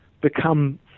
become